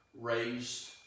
raised